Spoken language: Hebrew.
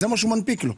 זה מה שהוא מנפיק לי.